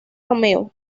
romeo